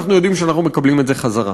אנחנו יודעים שאנחנו מקבלים את זה חזרה.